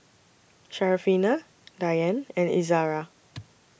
Syarafina Dian and Izara